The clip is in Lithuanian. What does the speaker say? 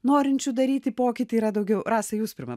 norinčių daryti pokytį yra daugiau rasa jūs pirma